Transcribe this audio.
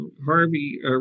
Harvey